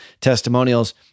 testimonials